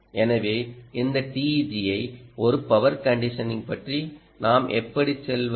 எனவே இந்த TEG ஐ ஒரு பவர் கண்டிஷனிங் பற்றி நாம் எப்படிச் செல்வது